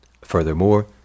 Furthermore